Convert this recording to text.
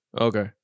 Okay